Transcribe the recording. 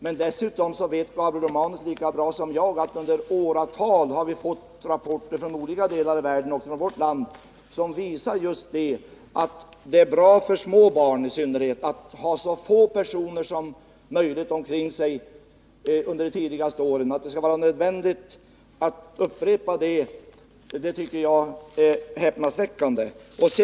Men dessutom vet Gabriel Romanus lika bra som jag att vi i åratal har fått rapporter från olika delar av världen och även från vårt land som visar att det är bra för små barn att ha så få personer som möjligt omkring sig under de tidigaste åren. Att det skall vara nödvändigt att upprepa det tycker jag är häpnadsväckande.